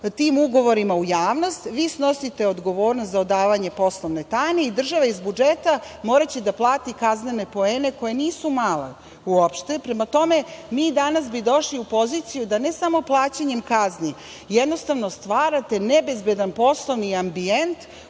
tim ugovorima u javnost, vi snosite odgovornost za odavanje poslovne tajne i država iz budžeta moraće da plati kaznene poene koji nisu mali uopšte. Prema tome, mi bi danas došli u poziciju da ne samo plaćanjem kazni jednostavno stvarate nebezbedan poslovni ambijent